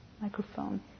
Microphone